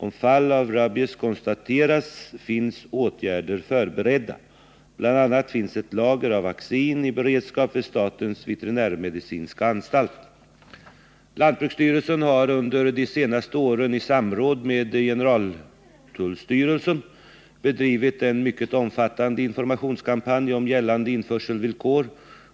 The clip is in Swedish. Om fall av rabies konstateras finns åtgärder förberedda. Bl. a. finns ett lager av vaccin i beredskap vid statens veterinärmedicinska anstalt. Lantbruksstyrelsen har under de senaste åren i samråd med generaltullstyrelsen bedrivit en mycket omfattande informationskampanj om gällande införselvillkor